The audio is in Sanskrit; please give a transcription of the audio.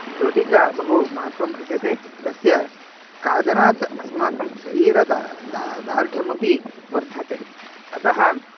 रोटिका बहु महत्त्वं भजते तस्य खादनात् अस्माकं शरीरं दा दार्ढ्यमपि वर्धते अतः